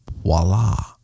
voila